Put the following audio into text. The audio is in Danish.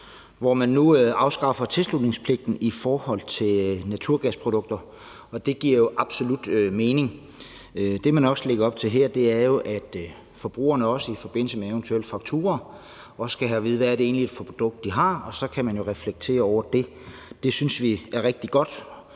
hvormed man nu afskaffer tilslutningspligten til naturgasprodukter, og det giver jo absolut mening. Det, man også lægger op til her, er, at forbrugerne også i forbindelse med en faktura skal have at vide, hvad det egentlig er for et produkt, de har, og så kan de jo reflektere over det. Det synes vi er rigtig godt.